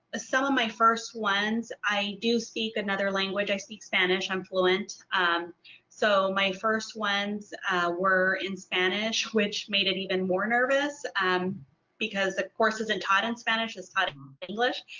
some of my first ones i do speak another language i speak spanish i'm fluent so my first ones were in spanish which made it even more nervous um because the course isn't taught in spanish it's taught in english.